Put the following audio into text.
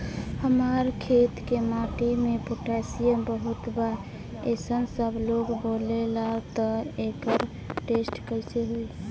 हमार खेत के माटी मे पोटासियम बहुत बा ऐसन सबलोग बोलेला त एकर टेस्ट कैसे होई?